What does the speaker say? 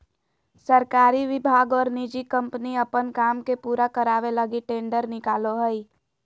सरकारी विभाग और निजी कम्पनी अपन काम के पूरा करावे लगी टेंडर निकालो हइ